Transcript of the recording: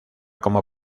como